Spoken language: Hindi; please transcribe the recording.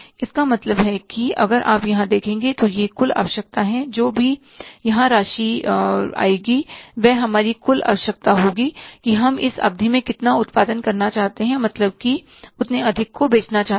इसका मतलब यह है कि अगर आप यहां देखें तो यह कुल आवश्यकता है जो भी राशि यहां आएगी वह हमारी कुल आवश्यकता होगी कि हम इस अवधि में जितना उत्पादन करना चाहते हैं मतलब कि उतने अधिक को बेचना चाहते हैं